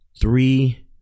three